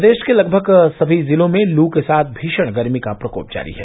प्रदेश के लगभग सभी जिलों में लू के साथ भीषण गर्मी का प्रकोप जारी है